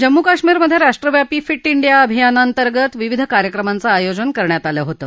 जम्मू काश्मीर मधे राष्ट्रव्यापी fit India अभियना अंतर्गत विविध कार्यक्रमांचं आयोजन केलं होतं